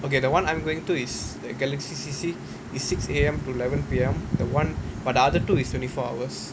okay the [one] I'm going to is the galaxy C_C it's six A_M to eleven P_M the [one] but other two is twenty four hours